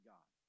God